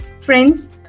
Friends